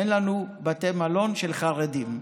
אין לנו בתי מלון של חרדים,